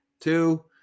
Two